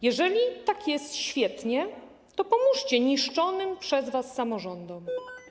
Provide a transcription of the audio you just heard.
Jeżeli jest tak świetnie, to pomóżcie niszczonym przez was samorządom.